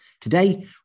Today